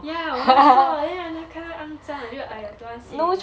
ya 我要坐 then 忽然间看见肮脏我就 !aiya! don't want sit already